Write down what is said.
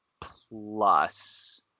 Plus